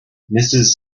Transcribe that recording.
mrs